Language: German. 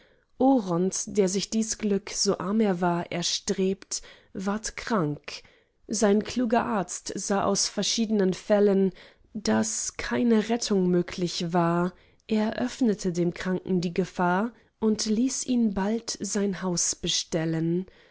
der sich dies glück so arm er war erstrebt ward krank sein kluger arzt sah aus verschiednen fällen daß keine rettung möglich war eröffnete dem kranken die gefahr und hieß ihn bald sein haus bestellen